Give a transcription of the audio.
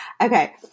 Okay